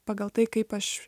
pagal tai kaip aš